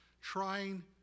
trying